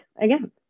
again